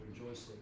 rejoicing